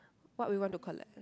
what would you want to collect